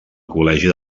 col·legi